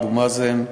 אבו מאזן,